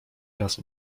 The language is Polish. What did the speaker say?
raz